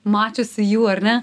mačiusi jų ar ne